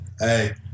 Hey